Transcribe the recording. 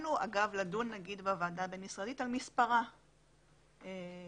התחלנו לדון בוועדה הבין-משרדית על מספרה למשל.